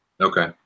Okay